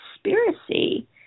conspiracy